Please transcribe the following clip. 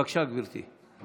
בבקשה, גברתי.